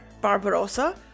Barbarossa